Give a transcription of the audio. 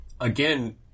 Again